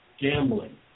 gambling